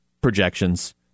projections